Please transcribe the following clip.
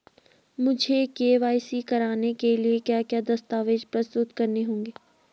मुझे के.वाई.सी कराने के लिए क्या क्या दस्तावेज़ प्रस्तुत करने होंगे?